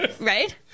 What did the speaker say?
right